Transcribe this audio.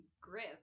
grip